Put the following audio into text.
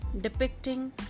depicting